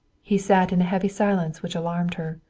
he sat in a heavy silence which alarmed her.